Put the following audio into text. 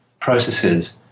processes